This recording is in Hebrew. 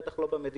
בטח לא במדינה,